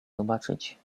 zobaczyć